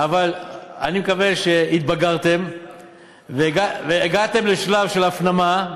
אבל אני מקווה שהתבגרתם והגעתם לשלב של הפנמה: